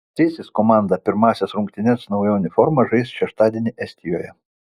cėsis komanda pirmąsias rungtynes nauja uniforma žais šeštadienį estijoje